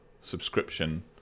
subscription